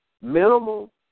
minimal